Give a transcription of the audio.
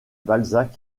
balzac